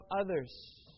others